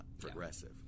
progressive